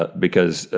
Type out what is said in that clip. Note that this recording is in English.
ah because, ah